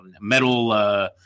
metal